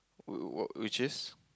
oo what which is